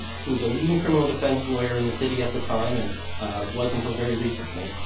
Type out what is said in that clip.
who was a leading criminal defense lawyer in the city at the time and was until very recently,